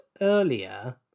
earlier